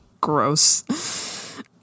Gross